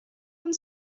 und